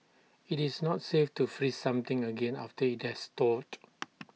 IT is not safe to freeze something again after IT has thawed